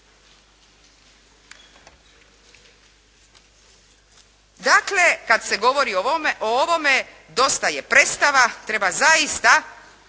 Dakle kada se govori o ovome dosta je predstava, treba zaista